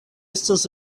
estas